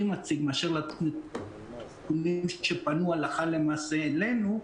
מציג מאשר לנתונים שפנו הלכה למעשה אלינו,